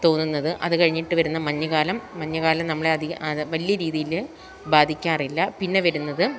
തോന്നുന്നത് അത് കഴിഞ്ഞിട്ട് വരുന്ന മഞ്ഞ് കാലം മഞ്ഞുകാലം നമ്മളെ അധികം വലിയ രീതിയിൽ ബാധിക്കാറില്ല പിന്നെ വരുന്നത്